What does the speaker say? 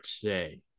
today